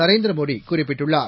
நரேந்திர மோடி குறிப்பிட்டுள்ளார்